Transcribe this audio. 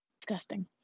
disgusting